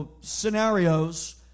scenarios